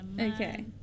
Okay